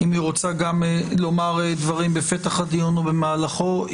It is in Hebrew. גם לומר דברים בפתח הדיון או במהלכו.